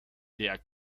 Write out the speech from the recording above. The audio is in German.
der